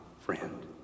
friend